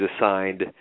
assigned